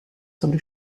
sobre